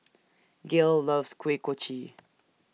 Gale loves Kuih Kochi